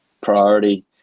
priority